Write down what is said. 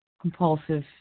compulsive